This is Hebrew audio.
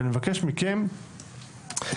ואני מבקש מכם בשפ"י,